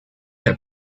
d’un